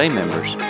members